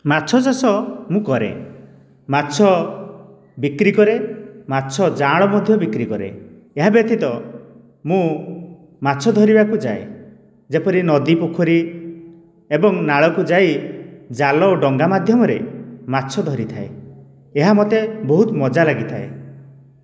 ମାଛ ଚାଷ ମୁଁ କରେ ମାଛ ବିକ୍ରି କରେ ମାଛ ଜାଆଁଳ ମଧ୍ୟ ବିକ୍ରି କରେ ଏହା ବ୍ୟତୀତ ମୁଁ ମାଛ ଧରିବାକୁ ଯାଏ ଯେପରି ନଦୀ ପୋଖରୀ ଏବଂ ନାଳ କୁ ଯାଇ ଜାଲ ଓ ଡଙ୍ଗା ମାଧ୍ୟମ ରେ ମାଛ ଧରିଥାଏ ଏହା ମୋତେ ବହୁତ ମଜା ଲାଗିଥାଏ